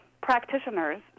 practitioners